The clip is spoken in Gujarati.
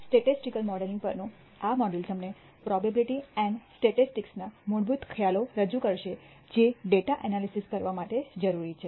સ્ટેટિસ્ટિકલ મોડેલિંગ પરનું આ મોડ્યુલ તમને પ્રોબેબીલીટી એન્ડ સ્ટેટિસ્ટિક્સ ના મૂળભૂત ખ્યાલો રજૂ કરશે જે ડેટા એનાલિસિસ કરવા માટે જરૂરી છે